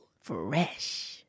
Fresh